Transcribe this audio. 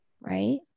right